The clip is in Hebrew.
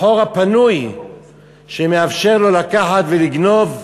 החור הפנוי שמאפשר לו לקחת ולגנוב,